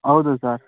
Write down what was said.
ಹೌದು ಸರ್